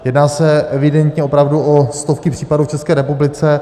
Jedná se evidentně opravdu o stovky případů v České republice.